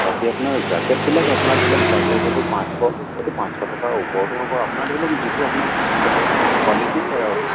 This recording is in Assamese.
বাকী আপোনাৰ জেকেটবিলাক আপোনাৰ ধৰি লওক চাৰে চাৰিশটো পাঁচশ সেইটো পাঁচশ টকাৰ ওপৰতটো হ'ব আপোনাৰ ধৰি লওক যিটো আপোনাৰ পচন্দ হয় কোৱালিটি চাই আৰু